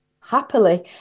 happily